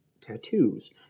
tattoos